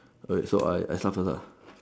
wait so I I start first